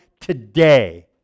today